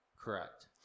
Correct